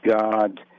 god